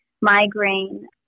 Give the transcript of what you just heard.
migraine